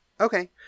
Okay